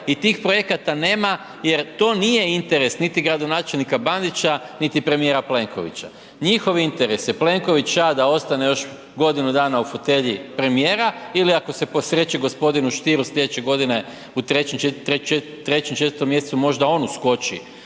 i tih projekata nema jer to nije interes niti gradonačelnika Bandića, niti premijera Plenkovića. Njihov interes je Plenkovića da ostane još godinu dana u fotelji premijera ili ako se posreći gospodinu Stieru sljedeće godine u 3. ili 4. mjesecu možda on uskoči